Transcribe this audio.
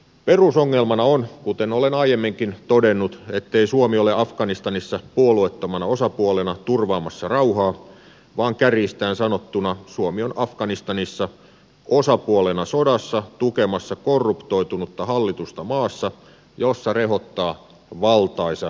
perusongelmana on kuten olen aiemminkin todennut ettei suomi ole afganistanissa puolueettomana osapuolena turvaamassa rauhaa vaan kärjistäen sanottuna suomi on afganistanissa osapuolena sodassa tukemassa korruptoitunutta hallitusta maassa jossa rehottaa valtaisa huumebisnes